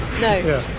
No